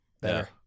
Better